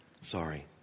Sorry